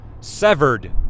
severed